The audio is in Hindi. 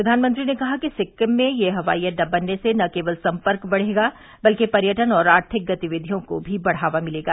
प्रधानमंत्री ने कहा कि सिक्किम में यह हवाई अड्डा बनने से न केवल संपर्क बढ़ेगा बल्कि पर्यटन और आर्थिक गतिविधियों को भी बढ़ावा मिलेगा